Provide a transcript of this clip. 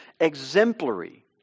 exemplary